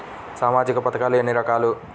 సామాజిక పథకాలు ఎన్ని రకాలు?